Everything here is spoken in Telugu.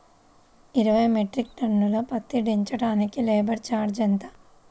ఇరవై మెట్రిక్ టన్ను పత్తి దించటానికి లేబర్ ఛార్జీ ఎంత?